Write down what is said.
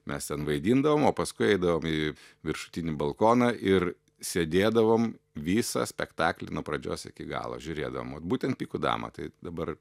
mes ten vaidindavom o paskui eidavom į viršutinį balkoną ir sėdėdavom visą spektaklį nuo pradžios iki galo žiūrėdavom vat būtent pikų damą tai dabar